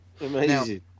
Amazing